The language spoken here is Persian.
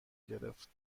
گرفت